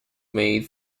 made